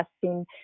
testing